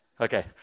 Okay